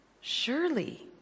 Surely